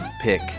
pick